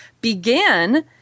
began